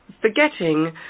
forgetting